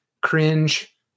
cringe